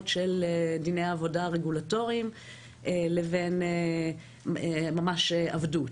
של דיני העבודה הרגולטוריים לבין ממש עבדות.